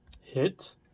Hit